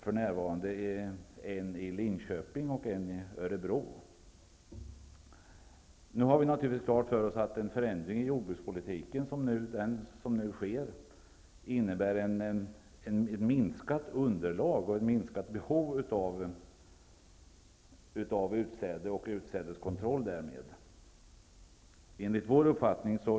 För närvarande har vi en i Linköping och en i Örebro. Vi har naturligtvis klart för oss att den förändring i jordbrukspolitiken som nu sker innebär ett minskat underlag och ett minskat behov av utsäde och därmed även ett minskat behov av utsädeskontroll.